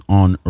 on